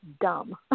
dumb